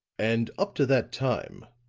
and up to that time,